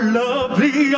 lovely